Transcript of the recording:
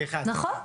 נכון.